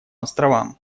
островам